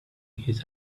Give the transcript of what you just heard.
his